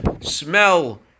smell